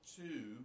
two